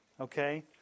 Okay